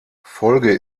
folge